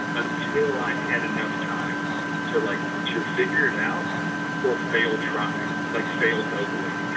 until i had enough time to like either figure it out for fail trying, like fail nobly,